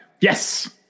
yes